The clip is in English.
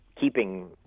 keeping